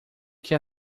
que